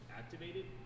activated